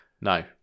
No